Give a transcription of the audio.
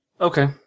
Okay